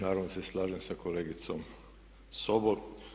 Naravno da se slažem sa kolegicom Sobol.